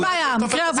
אין בעיה, מקרה אבוד.